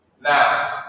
Now